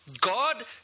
God